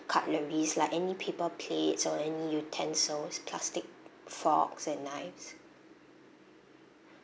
cutleries like any paper plates or any utensils plastic forks and knives